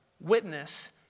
witness